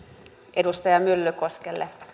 edustaja myllykoskelle